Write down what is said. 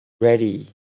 ready